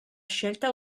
scelta